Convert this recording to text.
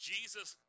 Jesus